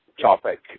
topic